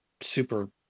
super